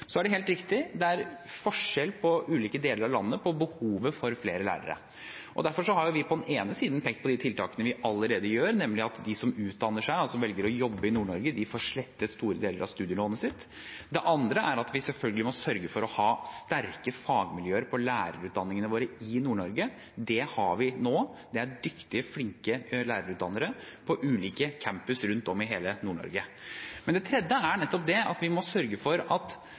Så er det helt riktig at det er forskjell på ulike deler av landet når det gjelder behovet for flere lærere. Derfor har vi på den ene siden pekt på de tiltakene vi allerede har satt i verk, nemlig at de som utdanner seg, og som velger å jobbe i Nord-Norge, får slettet store deler av studielånet sitt. Det andre er at vi selvfølgelig må sørge for å ha sterke fagmiljøer på lærerutdanningene våre i Nord-Norge. Det har vi nå; det er dyktige, flinke lærerutdannere på ulike campuser rundt om i hele Nord-Norge. Men det tredje er at vi må sørge for at